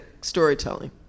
storytelling